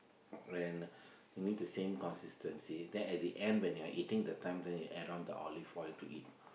and you need the same consistency then at the end when you're eating the time then you add on the olive oil to eat